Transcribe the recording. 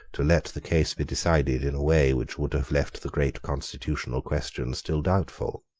to let the case be decided in a way which would have left the great constitutional question still doubtful.